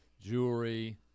Jewelry